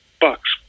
bucks